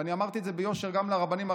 אמרתי את זה ביושר גם לרבנים הראשיים,